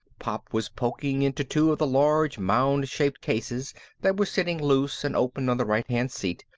pop was poking into two of the large mound-shaped cases that were sitting loose and open on the right-hand seat,